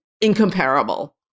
incomparable